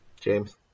James